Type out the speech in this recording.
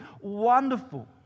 Wonderful